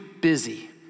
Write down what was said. busy